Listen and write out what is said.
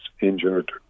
injured